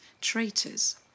Traitors